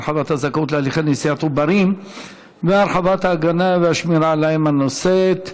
הרחבת הזכאות להליכי נשיאת עוברים והרחבת ההגנה והשמירה על האם הנושאת):